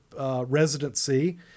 residency